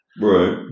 Right